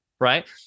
right